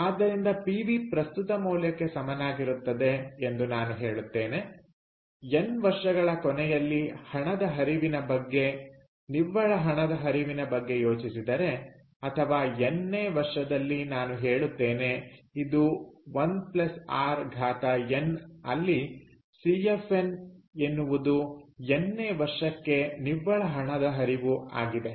ಆದ್ದರಿಂದ ಪಿವಿ ಪ್ರಸ್ತುತ ಮೌಲ್ಯಕ್ಕೆ ಸಮನಾಗಿರುತ್ತದೆ ಎಂದು ನಾನು ಹೇಳುತ್ತೇನೆ ಎನ್ ವರ್ಷಗಳ ಕೊನೆಯಲ್ಲಿ ಹಣದ ಹರಿವಿನ ಬಗ್ಗೆ ನಿವ್ವಳ ಹಣದ ಹರಿವಿನ ಬಗ್ಗೆ ಯೋಚಿಸಿದರೆ ಅಥವಾ ಎನ್ ನೇ ವರ್ಷದಲ್ಲಿ ನಾನು ಹೇಳುತ್ತೇನೆ ಇದು 1 r n ಅಲ್ಲಿ ಸಿಎಫ್ಎನ್ ಎನ್ನುವುದು ಎನ್ ನೇ ವರ್ಷಕ್ಕೆ ನಿವ್ವಳ ಹಣದ ಹರಿವು ಆಗಿದೆ